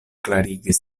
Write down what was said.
klarigis